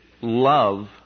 love